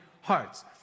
hearts